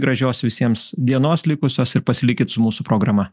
gražios visiems dienos likusios ir pasilikit su mūsų programa